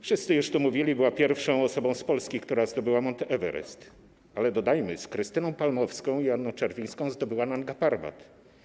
Wszyscy to już mówili, była pierwszą osobą z Polski, która zdobyła Mount Everest, ale dodajmy, że z Krystyną Palmowską i Anną Czerwińską zdobyła Nanga Parbat.